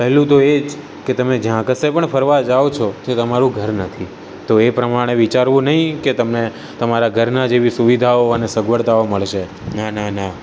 પહેલું તો એ જ કે તમે જ્યાં કશે પણ ફરવા જાઓ છો તે તમારું ઘર નથી તો એ પ્રમાણે વિચારવું નહીં કે તમે તમારા ઘરના જેવી સુવિધાઓ અને સગવળતાઓ મળશે ના ના ના